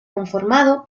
conformado